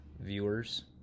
viewers